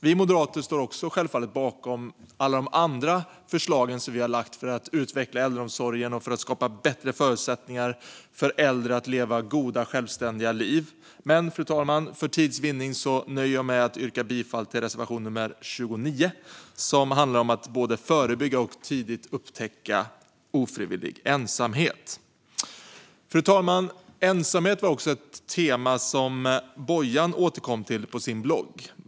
Vi moderater står självfallet också bakom alla andra förslag som vi lagt fram för att utveckla äldreomsorgen och skapa bättre förutsättningar för äldre att leva goda och självständiga liv. Men, fru talman, för tids vinning nöjer jag mig med att yrka bifall endast till reservation nummer 29, som handlar om att både förebygga och tidigt upptäcka ofrivillig ensamhet. Fru talman! Ensamhet var ett tema som Bojan återkom till på sin blogg.